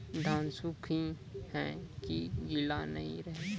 धान सुख ही है की गीला नहीं रहे?